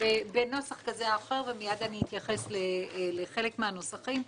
בנוסח כזה או אחר, ומיד אני אתייחס לחלק מהנוסחים,